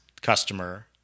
customer